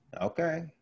Okay